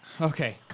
Okay